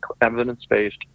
evidence-based